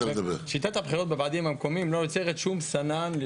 שיטת הבחירות בוועדים המקומיים לא יוצרת שום סנן.